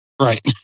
Right